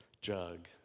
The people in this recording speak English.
jug